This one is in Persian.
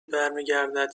برمیگردد